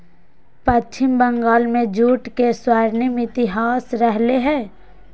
पश्चिम बंगाल में जूट के स्वर्णिम इतिहास रहले है